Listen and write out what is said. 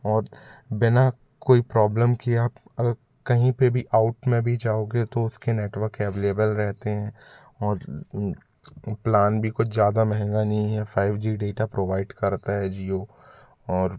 और बिना कोई प्रॉब्लम किए आप अगर कहीं पर भी आउट में भी जाओगे तो उसके नेटवर्क अवेलेबल रहते हैं और प्लान भी कुछ ज़्यादा महंगा नहीं है फाइव जी डेटा प्रोवाइड करता है जियो और